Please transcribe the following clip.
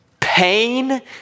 Pain